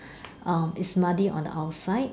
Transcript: um it's muddy on the outside